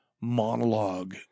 monologue